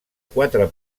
quatre